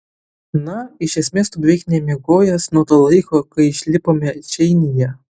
na iš esmės tu beveik nemiegojęs nuo to laiko kai išlipome čeinyje